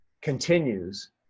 continues